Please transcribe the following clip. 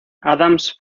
adams